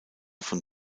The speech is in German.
von